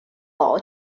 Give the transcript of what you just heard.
law